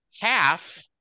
half